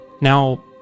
Now